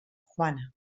juana